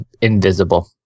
invisible